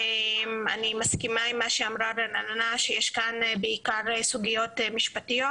אני מבקשת גם מאותם חוקרים ומדענים שדיברו היום,